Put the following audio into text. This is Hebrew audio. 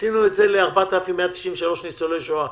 עשינו את זה ל-4,193 ניצולי שואה.